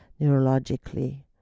neurologically